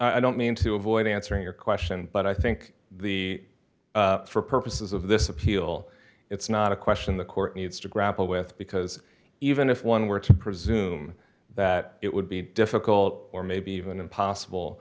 i don't mean to avoid answering your question but i think the for purposes of this appeal it's not a question the court needs to grapple with because even if one were to presume that it would be difficult or maybe even impossible